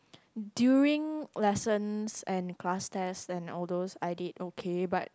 during lessons and class test and all those I did okay but